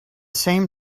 same